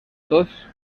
tots